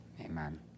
Amen